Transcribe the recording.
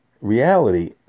reality